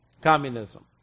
Communism